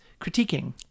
critiquing